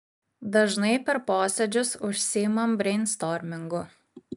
dažnai per posėdžius užsiimam breinstormingu